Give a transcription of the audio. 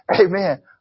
Amen